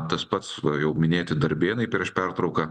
tas pats jau minėti darbėnai prieš pertrauką